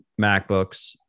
MacBooks